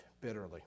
bitterly